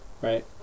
right